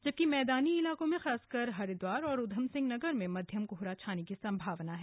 जबकि मैदानी इलाकों खासकर हरिद्वार और उधम सिंह नगर में मध्यम कोहरा छाने की संभावना है